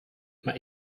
mal